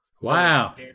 Wow